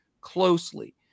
closely